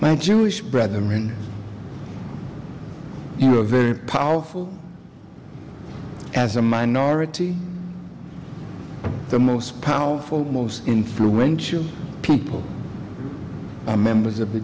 my jewish brother in you a very powerful as a minority the most powerful most influential people members of the